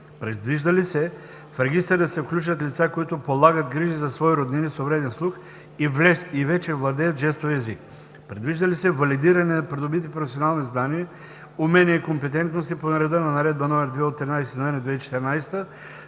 предвижда ли се в Регистъра да се включат лица, които полагат грижи за свои роднини с увреден слух и вече владеят жестовия език; предвижда ли се валидиране на придобити професионални знания, умения и компетентности по реда на Наредба № 2 от 13 ноември 2014